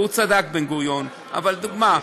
והוא צדק, בן-גוריון, אבל זו דוגמה.